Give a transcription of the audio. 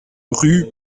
rue